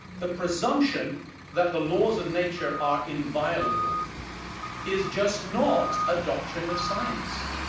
the presumption that the laws of nature are inviolable is just not a doctrine of science.